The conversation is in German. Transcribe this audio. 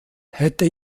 hätte